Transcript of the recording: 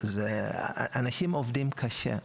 בתוך הצוותים האנשים עובדים קשה,